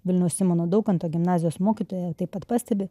vilniaus simono daukanto gimnazijos mokytoja taip pat pastebi